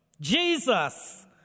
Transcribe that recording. Jesus